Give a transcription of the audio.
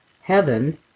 heaven